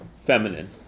feminine